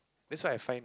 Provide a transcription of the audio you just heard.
that's why I find